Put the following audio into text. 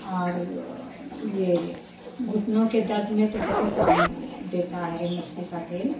और ये घुटनों के दर्द में तो बहुत काम देता है ये मछली का तेल